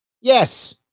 Yes